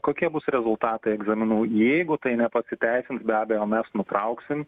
kokie bus rezultatai egzaminų jeigu tai nepasiteisins be abejo mes nutrauksim